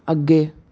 ਅੱਗੇ